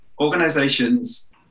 organizations